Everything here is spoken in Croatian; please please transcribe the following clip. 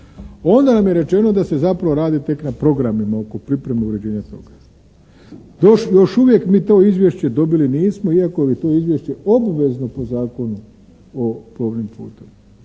Onda nam je rečeno da se zapravo radi tek na programima o pripremi uređenja toga. Još uvijek mi to izvješće dobili nismo iako je to izvješće obvezno po Zakonu o plovnim putovima.